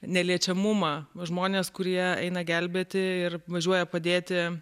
neliečiamumą žmonės kurie eina gelbėti ir važiuoja padėti